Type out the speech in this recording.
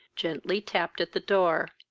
gently tapped at the door.